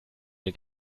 ein